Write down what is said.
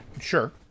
Sure